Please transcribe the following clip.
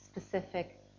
specific